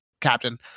captain